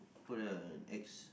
put a X